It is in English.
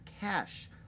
cash